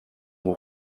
war